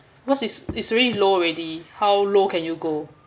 because is is really low already how low can you go